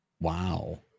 Wow